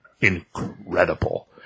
incredible